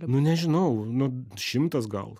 nu nežinau nu šimtas gal